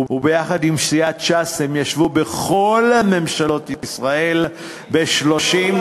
וביחד עם סיעת ש"ס הם ישבו בכל ממשלות ישראל ב-30,